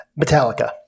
Metallica